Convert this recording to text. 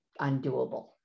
undoable